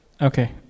Okay